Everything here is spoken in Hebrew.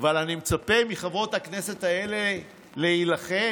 אבל אני מצפה מחברות הכנסת האלה להילחם.